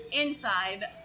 inside